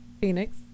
Phoenix